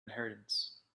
inheritance